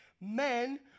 men